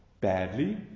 badly